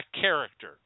character